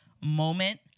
moment